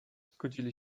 zgodzili